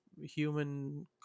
human